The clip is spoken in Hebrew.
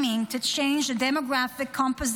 aiming to change the demographic composition